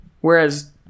Whereas